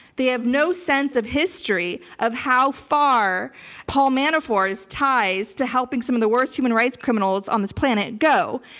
they have no sense of history of how far paul manafort's ties to helping some of the worst human rights criminals on this planet go.